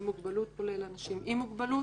במוגבלות כולל אנשים עם מוגבלות,